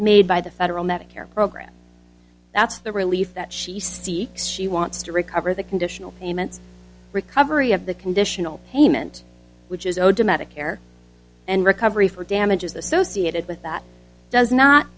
made by the federal medicare program that's the relief that she seeks she wants to recover the conditional payments recovery of the conditional payment which is owed to medicare and recovery for damages associated with that does not